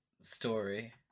story